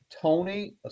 Tony